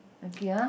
okay ah